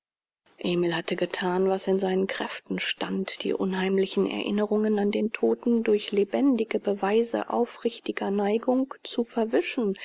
emil hatte gethan was in seinen kräften stand die unheimlichen erinnerungen an den todten durch lebendige beweise aufrichtiger neigung zu verwischen